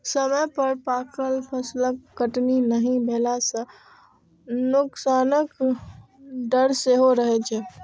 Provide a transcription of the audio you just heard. समय पर पाकल फसलक कटनी नहि भेला सं नोकसानक डर सेहो रहै छै